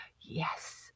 Yes